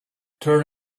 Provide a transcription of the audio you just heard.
turn